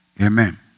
Amen